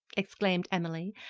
exclaimed emily,